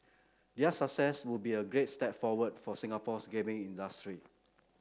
their success would be a great step forward for Singapore's gaming industry